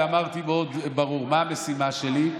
אמרתי מאוד ברור מה המשימה שלי,